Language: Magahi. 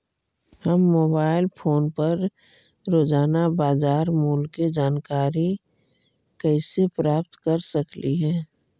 हम मोबाईल फोन पर रोजाना बाजार मूल्य के जानकारी कैसे प्राप्त कर सकली हे?